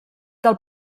del